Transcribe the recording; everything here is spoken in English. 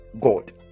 God